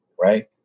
right